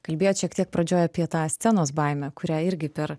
kalbėjot šiek tiek pradžioj apie tą scenos baimę kurią irgi per